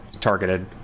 targeted